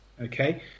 Okay